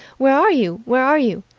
where are you? where are you?